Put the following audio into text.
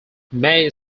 may